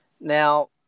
Now